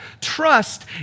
Trust